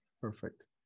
Perfect